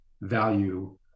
value